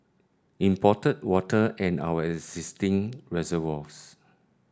imported water and our existing reservoirs